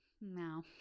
No